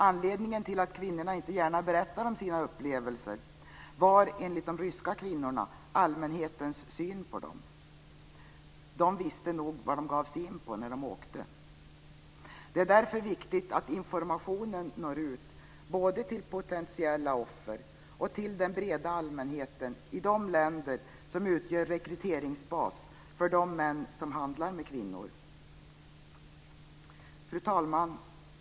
Anledningen till att kvinnorna inte gärna berättar om sina upplevelser var enligt de ryska kvinnorna allmänhetens syn på dem: De visste nog vad de gav sig in på när de åkte. Det är därför viktigt att informationen når ut både till potentiella offer och till den breda allmänheten i de länder som utgör rekryteringsbas för de män som handlar med kvinnor. Fru talman!